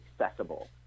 accessible